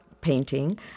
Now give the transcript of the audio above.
Painting